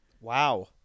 wow